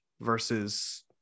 versus